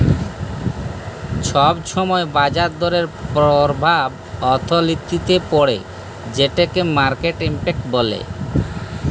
ছব ছময় বাজার দরের পরভাব অথ্থলিতিতে পড়ে যেটকে মার্কেট ইম্প্যাক্ট ব্যলে